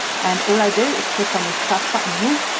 and all i do is click on this plus button here.